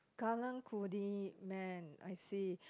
Karang-Guni man I see